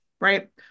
right